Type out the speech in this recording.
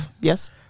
yes